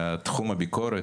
לתחום הביקורת,